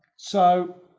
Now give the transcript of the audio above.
so